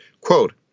Quote